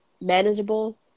manageable